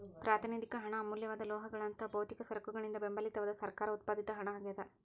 ಪ್ರಾತಿನಿಧಿಕ ಹಣ ಅಮೂಲ್ಯವಾದ ಲೋಹಗಳಂತಹ ಭೌತಿಕ ಸರಕುಗಳಿಂದ ಬೆಂಬಲಿತವಾದ ಸರ್ಕಾರ ಉತ್ಪಾದಿತ ಹಣ ಆಗ್ಯಾದ